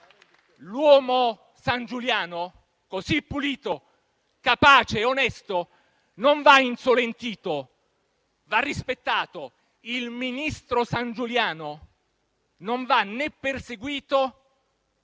l'uomo Sangiuliano, così pulito, capace e onesto, non va insolentito, ma rispettato. Il ministro Sangiuliano non va né perseguito,